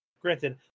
Granted